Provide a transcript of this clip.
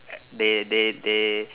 they they they